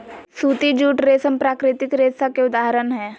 सूती, जूट, रेशम प्राकृतिक रेशा के उदाहरण हय